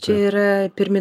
čia yra pirmi